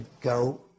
go